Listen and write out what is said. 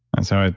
and so,